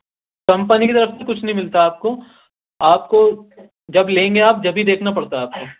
company کی طرف سے کچھ نہیں ملتا آپ کو آپ کو جب لیں گے آپ جبھی دیکھنا پڑتا ہے آپ کو